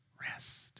Rest